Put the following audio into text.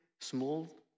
small